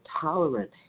tolerant